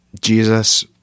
Jesus